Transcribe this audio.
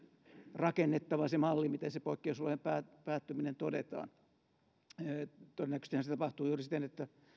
rakennettava se malli miten se poikkeusolojen päättyminen todetaan todennäköisestihän se tapahtuu juuri siten että